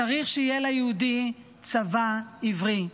צריך שיהיה ליהודי צבא עברי.